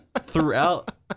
throughout